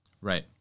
Right